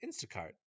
Instacart